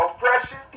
oppression